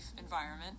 environment